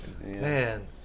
Man